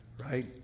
right